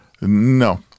No